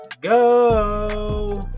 go